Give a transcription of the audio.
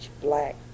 black